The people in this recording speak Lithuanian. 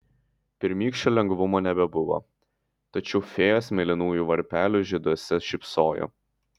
pirmykščio lengvumo nebebuvo tačiau fėjos mėlynųjų varpelių žieduose šypsojo